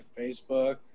Facebook